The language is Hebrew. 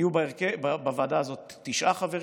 יהיו בוועדה הזאת תשעה חברים,